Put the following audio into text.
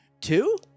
two